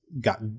got